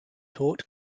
taught